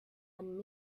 and